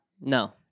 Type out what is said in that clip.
No